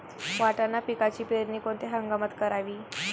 वाटाणा पिकाची पेरणी कोणत्या हंगामात करावी?